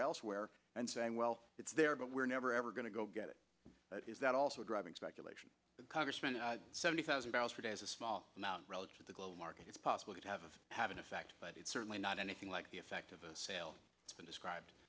elsewhere and saying well it's there but we're never ever going to go get it is that also driving speculation congressman seventy thousand barrels per day is a small amount relative to the global market it's possible to have have an effect but it's certainly not anything like the effect of a sale it's been described